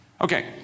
Okay